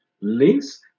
links